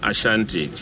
Ashanti